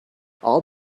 all